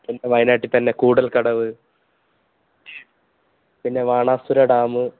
പിന്നെ വയനാട്ടിൽത്തന്നെ കൂടല്കടവ് പിന്നെ ബാണാസുരാ ഡാമ്